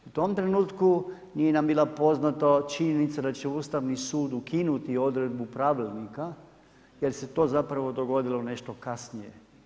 U tom trenutku nije nam bila poznata činjenica da će Ustavni sud ukinuti odredbu pravilnika jer se to zapravo dogodilo nešto kasnije.